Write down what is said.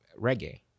reggae